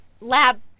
lab